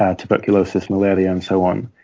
ah tuberculosis, malaria, and so on,